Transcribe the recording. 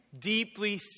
deeply